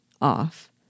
off